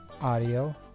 Audio